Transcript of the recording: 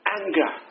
anger